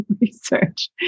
research